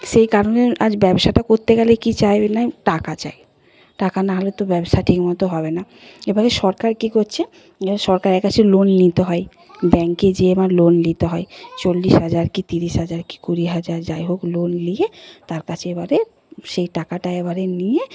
সেই কারণে আজ ব্যবসাটা করতে গেলে কী চাইবে নাই টাকা চাই টাকা নাহলে তো ব্যবসা ঠিকমতো হবে না এবারে সরকার কী করছে সরকারের কাছে লোন নিতে হয় ব্যাঙ্কে যেয়ে আমার লোন নিতে হয় চল্লিশ হাজার কি তিরিশ হাজার কি কুড়ি হাজার যাইহোক লোন নিয়ে তার কাছে এবারে সেই টাকাটা এবারে নিয়ে